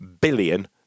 billion